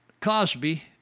Cosby